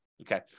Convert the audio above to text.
Okay